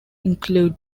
include